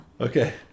Okay